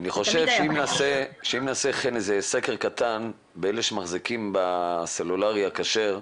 אני חושב שאם נעשה סקר קטן בין אלה שמחזיקים בסלולרי הכשר,